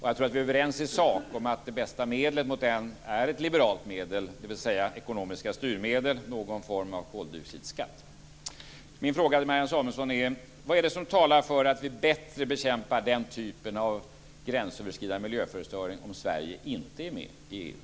Jag tror att vi är överens i sak om att det bästa medlet mot den är ett liberalt medel, dvs. ekonomiska styrmedel, någon form av koldioxidskatt. Min fråga till Marianne Samuelsson är: Vad är det som talar för att vi bättre bekämpar den typen av gränsöverskridande miljöförstöring om Sverige inte är med i EU?